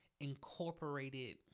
incorporated